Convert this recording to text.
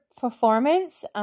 performance